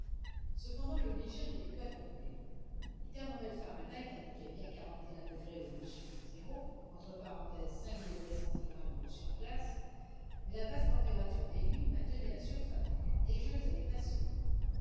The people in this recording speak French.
cependant le dégel n'était point complet le thermomètre fahrenheit indiquait bien quarante et un degrés au-dessus de zéro entre parenthèse cent de glace mais la basse température des nuits maintenait la surface des plaines neigeuses à l'état solide